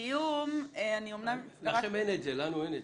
ולא לנו.